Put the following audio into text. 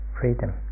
freedom